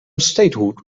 statehood